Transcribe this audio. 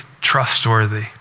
trustworthy